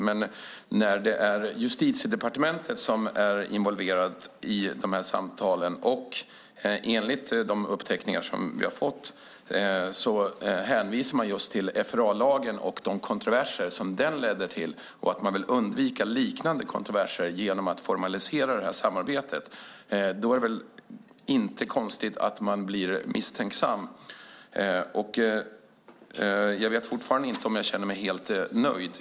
Men när det är Justitiedepartementet som är involverat i samtalen och man, enligt de uppteckningar vi har fått, hänvisar just till FRA-lagen och de kontroverser som den ledde till och att man vill undvika liknande kontroverser genom att formalisera det här samarbetet, då är det väl inte konstigt att jag blir misstänksam. Och jag vet fortfarande inte om jag känner mig helt nöjd.